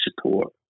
support